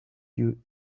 you